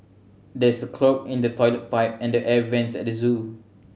there is a clog in the toilet pipe and the air vents at the zoo